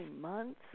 months